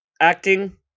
acting